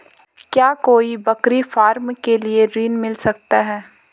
क्या कोई बकरी फार्म के लिए ऋण मिल सकता है?